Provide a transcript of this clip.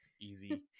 easy